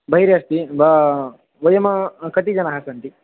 बहिः अस्ति वा वयं कति जनाः सन्ति